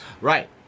Right